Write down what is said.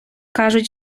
кажуть